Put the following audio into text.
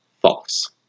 false